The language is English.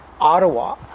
Ottawa